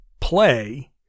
play